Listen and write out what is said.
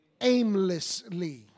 aimlessly